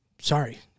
Sorry